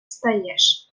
стаєш